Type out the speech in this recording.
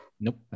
nope